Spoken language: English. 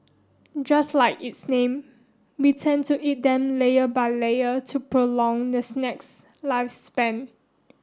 just like its name we tend to eat them layer by layer to prolong the snack's lifespan